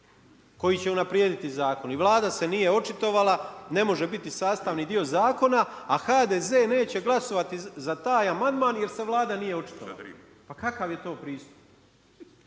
koji će unaprijediti zakon. I Vlada se nije očitovala, ne može biti sastavni dio zakona, a HDZ neće glasovati za taj amandman jer se Vlada nije očitovala, pa kakav je to pristup?